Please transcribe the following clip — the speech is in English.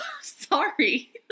sorry